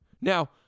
Now